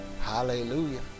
Hallelujah